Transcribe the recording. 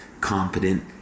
competent